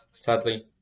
Sadly